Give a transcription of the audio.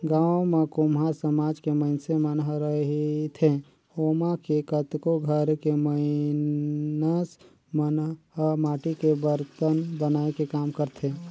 गाँव म कुम्हार समाज के मइनसे मन ह रहिथे ओमा के कतको घर के मइनस मन ह माटी के बरतन बनाए के काम करथे